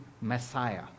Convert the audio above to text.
Messiah